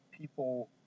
people